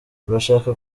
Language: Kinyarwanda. urashaka